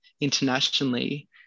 internationally